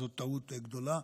זאת טעות גדולה.